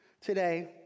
today